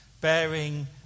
Bearing